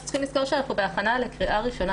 צריך לזכור שאנחנו בהכנה לקריאה הראשונה.